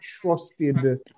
trusted